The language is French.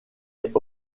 est